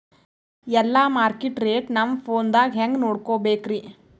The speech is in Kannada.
ಎಲ್ಲಾ ಮಾರ್ಕಿಟ ರೇಟ್ ನಮ್ ಫೋನದಾಗ ಹೆಂಗ ನೋಡಕೋಬೇಕ್ರಿ?